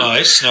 Nice